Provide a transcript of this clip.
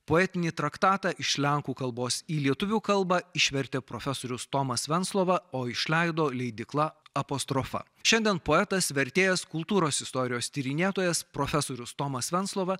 poetinį traktatą iš lenkų kalbos į lietuvių kalbą išvertė profesorius tomas venclova o išleido leidykla apostrofa šiandien poetas vertėjas kultūros istorijos tyrinėtojas profesorius tomas venclova